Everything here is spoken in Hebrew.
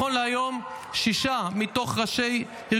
ישנה רק בעיה אחת: בשורה התחתונה אתם כושלים.